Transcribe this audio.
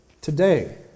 Today